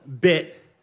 bit